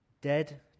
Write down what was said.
dead